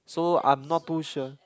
so I'm not too sure